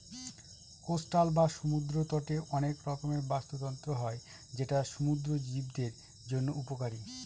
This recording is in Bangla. কোস্টাল বা সমুদ্র তটে অনেক রকমের বাস্তুতন্ত্র হয় যেটা সমুদ্র জীবদের জন্য উপকারী